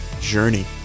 journey